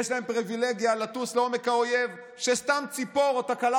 יש להם פריבילגיה לטוס לעומק האויב כשסתם ציפור או תקלה